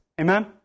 Amen